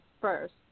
first